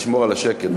לשמור על השקט.